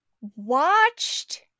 watched